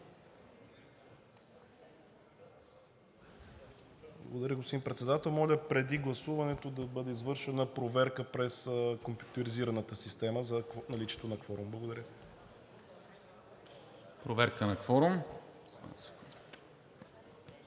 Благодаря, господин Председател. Моля преди гласуването да бъде извършена проверка през компютризираната система за наличието на кворум. Благодаря. ПРЕДСЕДАТЕЛ НИКОЛА